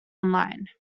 online